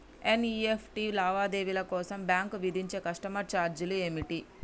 NEFT లావాదేవీల కోసం bank విధించే కస్టమర్ ఛార్జీలు ఏమిటి?